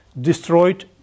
destroyed